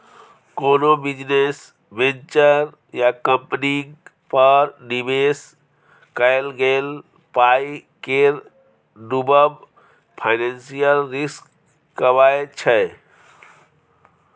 कोनो business venture या कंपनीक पर निबेश कएल गेल पाइ केर डुबब फाइनेंशियल रिस्क कहाबै छै